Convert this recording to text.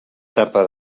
tapa